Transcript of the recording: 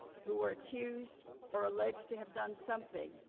who are accused or alleged to have done something,